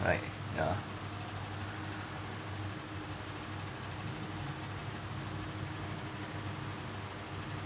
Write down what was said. like ya